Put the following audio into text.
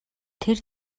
тэр